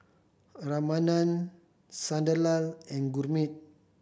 Ramanand Sunderlal and Gurmeet